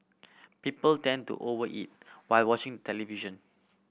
people tend to over eat while watching television